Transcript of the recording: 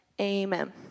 Amen